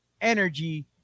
energy